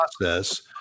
process